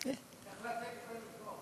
איך "לתת" יכולים לתקוע אותך?